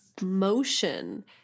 motion